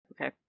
Okay